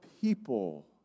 people